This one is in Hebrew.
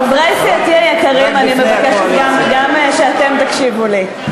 חברי סיעתי היקרים, אני מבקשת שגם אתם תקשיבו לי.